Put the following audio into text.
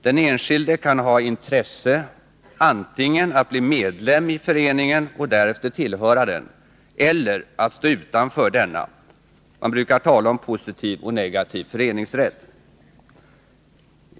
Den enskilde kan ha intresse antingen av att bli medlem i föreningen och därefter tillhöra den eller av att stå utanför denna; man brukar tala om positiv och negativ föreningsrätt.